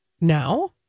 now